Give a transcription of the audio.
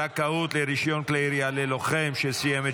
זכאות לרישיון כלי ירייה ללוחם שסיים את